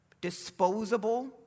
disposable